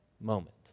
moment